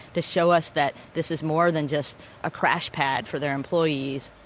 to show us that this is more than just a crash pad for their employees.